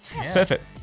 perfect